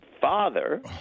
father